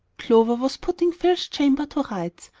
clover was putting phil's chamber to rights,